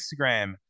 Instagram